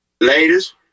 ladies